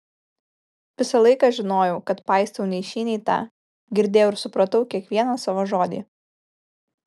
visą laiką žinojau kad paistau nei šį nei tą girdėjau ir supratau kiekvieną savo žodį